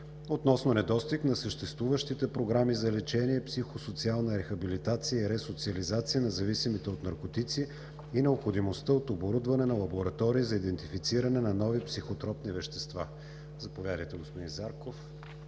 относно недостиг на съществуващите програми за лечение, психосоциална рехабилитация и ресоциализация на зависимите от наркотици и необходимостта от оборудване на лаборатории за идентифициране на нови психотропни вещества. Заповядайте, господин Зарков.